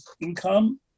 income